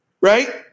right